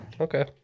Okay